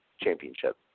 championship